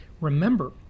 remember